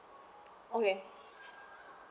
okay